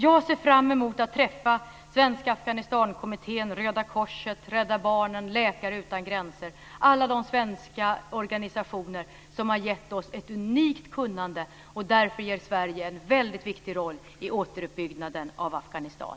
Jag ser fram emot att träffa Svenska Afghanistankommittén, Röda Korset, Rädda Barnen och Läkare utan gränser - alla de svenska organisationer som har gett oss ett unikt kunnande. Därför spelar Sverige en väldigt viktig roll för återuppbyggnaden av Afghanistan.